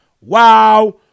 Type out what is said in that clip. Wow